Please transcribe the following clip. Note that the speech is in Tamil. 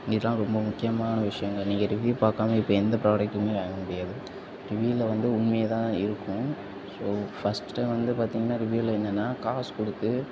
இதெலாம் ரொம்ப முக்கியமான விஷயங்கள் நீங்கள் ரிவியூ பார்க்காம இப்போ எந்த ப்ராடக்ட்டுமே வாங்க முடியாது ரிவியூவில வந்து உண்மைய தான் இருக்கும் ஸோ ஃபர்ஸ்ட் டைம் வந்து பார்த்தீங்கன்னா ரிவியூவில என்னென்னா காசு கொடுத்து